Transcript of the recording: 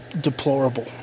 Deplorable